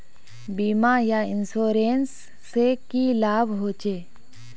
बीमा या इंश्योरेंस से की लाभ होचे?